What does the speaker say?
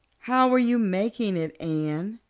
how are you making it, anne?